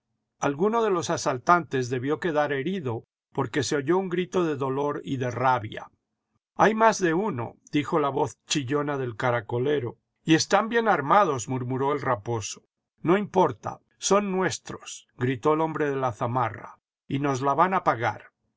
alguno de los asaltantes debió quedar herido porque se oyó un grito de dolor y de rabia hay más de uno dijo la voz chillona del caracolero y están bien armados murmuró el raposo no importa son nuestros gritó el hombre de la zamarra y nos la van a pagar